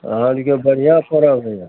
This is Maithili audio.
अहाँ आओरके बढ़िआँ परब होइए